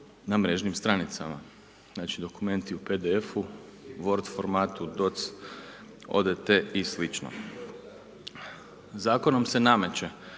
na mrežnim stranicama. Znači dokumenti u PDF-u, Word formatu, doc., odt. i slično. Zakonom se nameće